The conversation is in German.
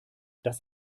das